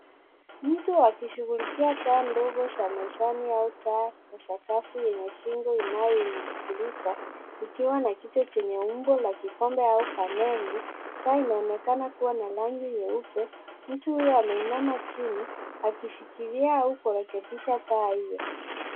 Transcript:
Mtu akishughulikia taa ndogo za mezani au taa ya sakafu yenye shingo inayonung'unika ikiwa na kichwa chenye umbo la kikombe au faneli. Taa inaonekana kuwa na rangi nyeupe. Mtu huyo ameinama chini akishikilia au kurekebisha taa hiyo.